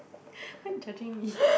why judging me